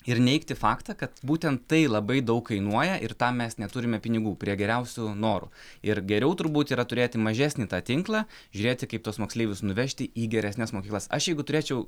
ir neigti faktą kad būtent tai labai daug kainuoja ir tam mes neturime pinigų prie geriausių norų ir geriau turbūt yra turėti mažesnį tą tinklą žiūrėti kaip tuos moksleivius nuvežti į geresnes mokyklas aš jeigu turėčiau